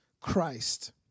Christ